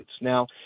Now